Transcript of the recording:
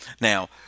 now